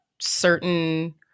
certain